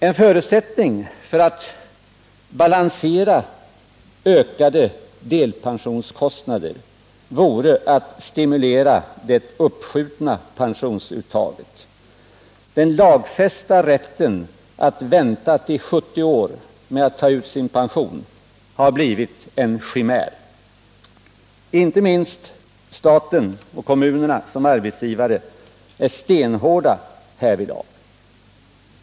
En förutsättning för att balansera ökade delpensionskostnader vore att stimulera det uppskjutna pensionsuttaget. Den lagfästa rätten att vänta till 70 års ålder med att ta ut sin pension har blivit en chimär. Inte minst staten och kommunerna som arbetsgivare är stenhårda härvidlag.